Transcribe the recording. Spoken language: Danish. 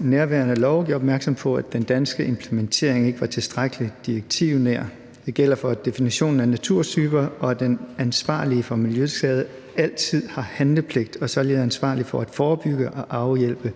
nærværende lov og gjorde opmærksom på, at den danske implementering ikke var tilstrækkelig direktivnær – det gælder for definitionen af naturtyper, og at den ansvarlige for en miljøskade altid har handlepligt og er særlig ansvarlig for at forebygge og afhjælpe